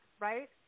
Right